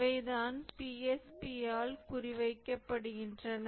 இவைதான் PSP ஆல் குறிவைக்கப்படுகின்றன